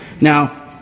Now